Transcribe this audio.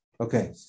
Okay